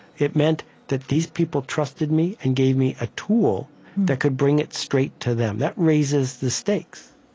it meant that these people trusted me and gave me a tool that could bring it straight to them. that raises the stakes